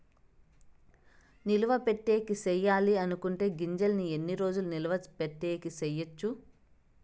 నిలువ పెట్టేకి సేయాలి అనుకునే గింజల్ని ఎన్ని రోజులు నిలువ పెట్టేకి చేయొచ్చు